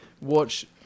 watch